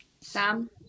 Sam